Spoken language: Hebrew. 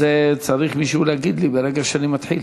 הן יישארו, צריך מישהו להגיד לי ברגע שאני מתחיל.